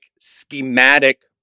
schematic